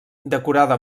decorada